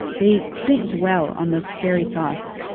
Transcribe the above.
they couldn't dwell on those scary thoughts.